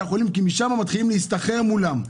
החולים כי משם מתחילים להסתחר מולם.